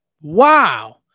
Wow